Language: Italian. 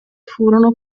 furono